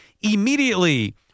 immediately